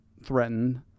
threatened